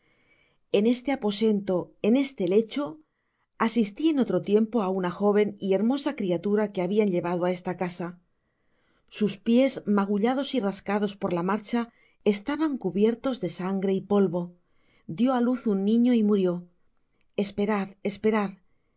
en este aposento en este lecho asisti en otro tiempo á una joven y hermosa criatura que habian llevado á esta casa sus pies magullados y rasgados por la marcha estaban cubiertos de sangre y polvo dio áluz un niño y murió esperad esperad